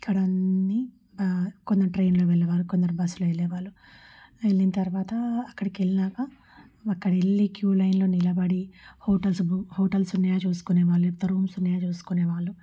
అక్కడన్నీ బ కొందరు ట్రైన్లో వెళ్ళేవారు కొందరు బస్సులో వెళ్ళలేవాళ్ళు వెళ్ళిన తరువాత అక్కడికిెళ్ళాక అక్కడకి వెళ్ళి క్యూ లైన్లో నిలబడి హోటల్స్ హోటల్స్ ఉన్నాయా చూసుకునేవాళ్ళు ఎంత రూమ్స్ ఉన్నాయో చూసుకునేవాళ్ళు